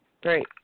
great